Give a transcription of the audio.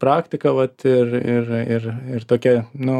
praktika vat ir ir ir ir tokia nu